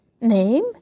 Name